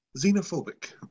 xenophobic